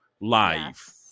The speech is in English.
live